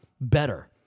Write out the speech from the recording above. better